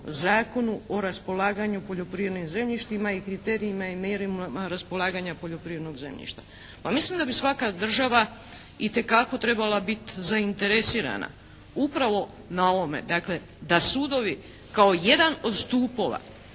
Zakonu o raspolaganju poljoprivrednim zemljištima i kriterijima i mjerilima raspolaganja poljoprivrednog zemljišta. Pa mislim da bi svaka država itekako trebala biti zainteresirana upravo na ovome, dakle da sudovi kao jedan od stupova